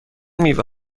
میوه